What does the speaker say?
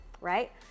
right